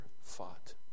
fought